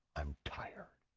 i'm tired,